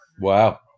Wow